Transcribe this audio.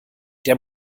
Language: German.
der